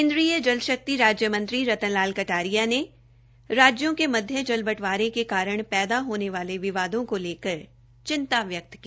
केन्द्रीय जल शक्ति राज्य मंत्री रतन लाल कटारिया ने राज्यों के मध्य जल बंटवारे के कारण पैदा होने वाले विवादों को लेकर चिंता व्यक्त की